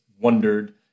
wondered